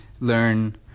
learn—